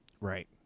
Right